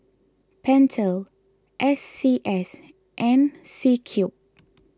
Pentel S C S and C Cube